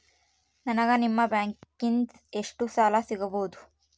ನನಗ ನಿಮ್ಮ ಬ್ಯಾಂಕಿನಿಂದ ಎಷ್ಟು ಸಾಲ ಸಿಗಬಹುದು?